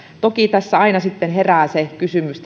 toki tässä aina sitten herää se kysymys